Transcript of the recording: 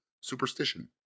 superstition